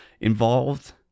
involved